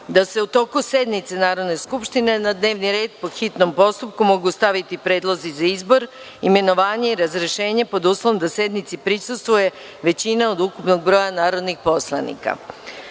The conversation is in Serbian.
da se u toku sednice Narodne skupštine, na dnevni red po hitnom postupku mogu staviti predlozi za izbor, imenovanje i razrešenje pod uslovom da sednici prisustvuje većina od ukupnog broja narodnih poslanika. Radi